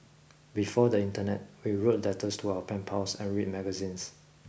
before the internet we wrote letters to our pen pals and read magazines